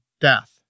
death